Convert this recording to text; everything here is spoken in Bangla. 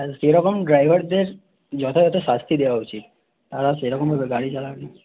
স্যার যেরকম ড্রাইভারদের যথাযথ শাস্তি দেওয়া উচিত তারাও সেরকম ভাবে গাড়ি চালায়